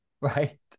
Right